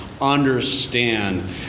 understand